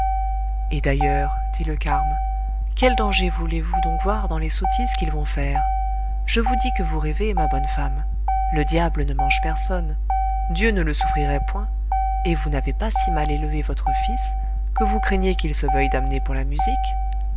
et d'ailleurs dit le carme quel danger voulez-vous donc voir dans les sottises qu'ils vont faire je vous dis que vous rêvez ma bonne femme le diable ne mange personne dieu ne le souffrirait point et vous n'avez pas si mal élevé votre fils que vous craigniez qu'il se veuille damner pour la musique